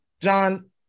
John